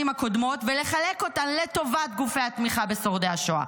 הקודמות ולחלק אותן לגופי התמיכה בשורדי השואה.